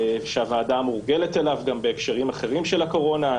שהוועדה מורגלת אליו גם בהקשרים אחרים של הקורונה.